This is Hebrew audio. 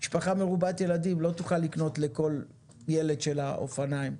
משפחה מרובת ילדים לא תוכל לקנות לכל ילד שלה אופניים,